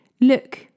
Look